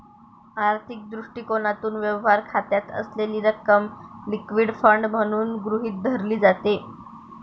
आर्थिक दृष्टिकोनातून, व्यवहार खात्यात असलेली रक्कम लिक्विड फंड म्हणून गृहीत धरली जाते